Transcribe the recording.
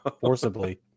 forcibly